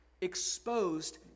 exposed